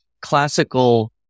classical